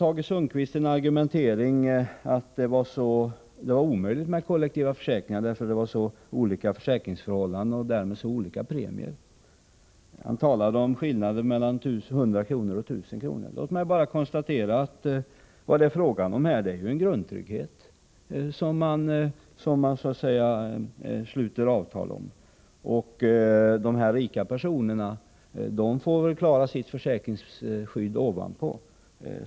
Tage Sundkvist förde argumenteringen, att det var omöjligt att ha kollektiva försäkringar, därför att det var så olika försäkringsförhållanden och därmed så olika premier. Han talade om skillnader mellan 100 kr. och 1 000 kr. Låt mig bara konstatera att vad det är fråga om här, det är en grundtrygghet som man så att säga sluter avtal om. De rika personerna får väl klara sitt försäkringsskydd ovanpå.